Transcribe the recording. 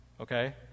Okay